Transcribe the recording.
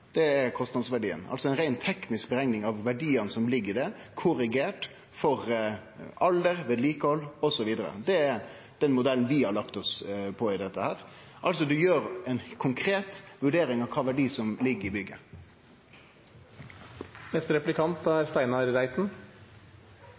det er kostnadsverdien, altså ei rein teknisk utrekning av verdiane som ligg der, korrigert for alder, vedlikehald osv. Det er den modellen vi har lagt oss på i dette, at ein gjer ei konkret vurdering av kva for ein verdi som ligg i bygget. Det er